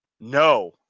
No